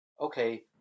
okay